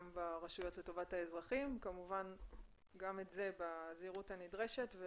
ברשויות לטובת האזרחים וכמובן גם את זה בזהירות הנדרשת.